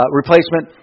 replacement